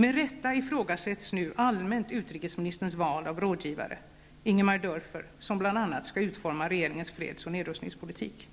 Med rätta ifrågasätts nu allmänt utrikesministerns val av rådgivare, Ingemar Dörfer, som bl.a. skall utforma regeringens fredsoch nedrustningspolitik.